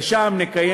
ושם נבחן